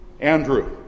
Andrew